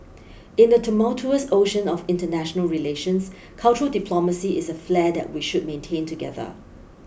in the tumultuous ocean of international relations cultural diplomacy is a flare that we should maintain together